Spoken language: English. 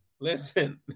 Listen